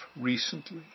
recently